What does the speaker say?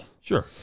Sure